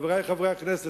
חברי חברי הכנסת,